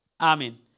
Amen